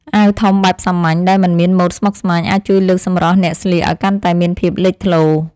អាវធំបែបសាមញ្ញដែលមិនមានម៉ូដស្មុគស្មាញអាចជួយលើកសម្រស់អ្នកស្លៀកឱ្យកាន់តែមានភាពលេចធ្លោ។